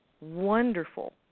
wonderful